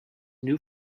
new